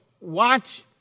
watch